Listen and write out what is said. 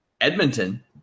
Edmonton